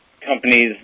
companies